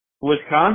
Wisconsin